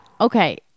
Okay